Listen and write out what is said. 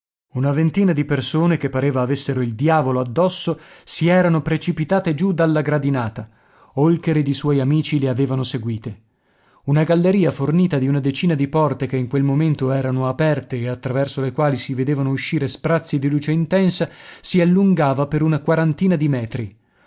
una ventina di persone che pareva avessero il diavolo addosso si erano precipitate giù dalla gradinata holker ed i suoi amici le avevano seguite una galleria fornita di una decina di porte che in quel momento erano aperte e attraverso le quali si vedevano uscire sprazzi di luce intensa si allungava per una quarantina di metri